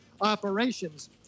operations